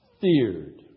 feared